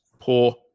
poor